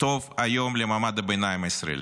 טוב היום למעמד הביניים הישראלי,